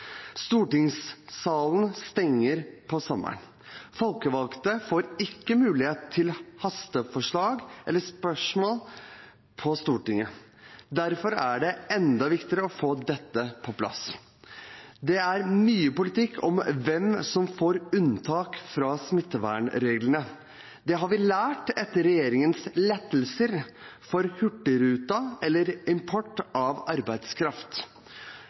Stortingssalen stenger om sommeren. Folkevalgte får ikke mulighet til hasteforslag eller spørretime på Stortinget. Derfor er det enda viktigere å få dette på plass. Det er mye politikk om hvem som får unntak fra smittevernreglene. Det har vi lært etter regjeringens lettelser for Hurtigruten og import av arbeidskraft